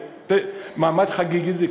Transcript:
במעמד חגיגי זה,